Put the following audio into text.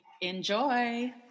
Enjoy